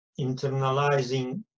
internalizing